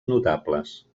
notables